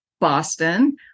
Boston